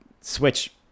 switch